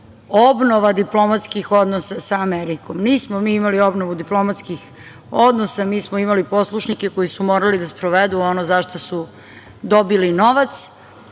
obnova diplomatskih odnosa sa Amerikom. Nismo mi imali obnovu diplomatskih odnosa, mi smo imali poslušnike koji su morali da sprovedu ono za šta su dobili novac.